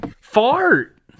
Fart